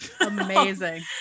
Amazing